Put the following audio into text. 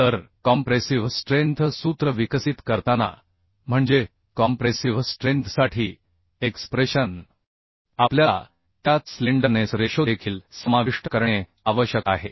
तर compressive strength सूत्र विकसित करताना म्हणजे कॉम्प्रेसिव्ह स्ट्रेंथसाठी एक्सप्रेशन आपल्याला त्यात स्लेंडरनेस रेशो देखील समाविष्ट करणे आवश्यक आहे